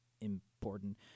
important